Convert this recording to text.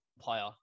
player